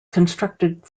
constructed